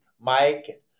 Mike